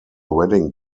wedding